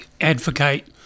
advocate